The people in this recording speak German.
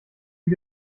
die